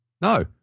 No